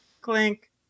Clink